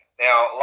Now